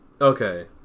Okay